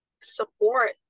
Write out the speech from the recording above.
support